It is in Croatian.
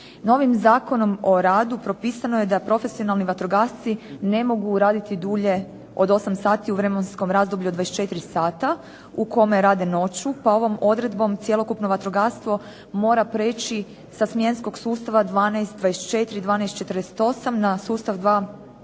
Novim Zakonom o radu propisano je da profesionalni vatrogasci ne mogu raditi dulje od 8 sati u vremenskom razdoblju od 24 sata u kome rade noću pa ovom odredbom cjelokupno vatrogastvo mora preći sa smjenskog sustava 12-24, 12-48 na sustav